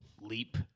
leap